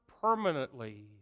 permanently